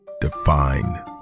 define